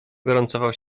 gorącował